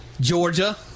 Georgia